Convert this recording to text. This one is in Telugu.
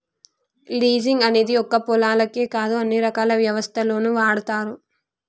లీజింగ్ అనేది ఒక్క పొలాలకే కాదు అన్ని రకాల వ్యవస్థల్లోనూ వాడతారు